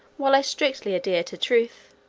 while i strictly adhere to truth.